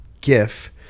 GIF